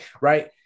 right